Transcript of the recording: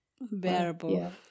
Bearable